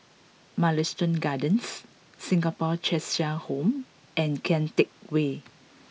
Mugliston Gardens Singapore Cheshire Home and Kian Teck Way